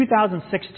2016